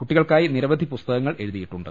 കുട്ടികൾക്കായി നിരവധി പുസ്തകങ്ങൾ എഴുതി യിട്ടുണ്ട്